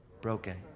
broken